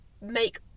make